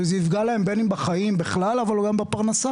ושזה יפגע בהם הן בחיים והן בפרנסה,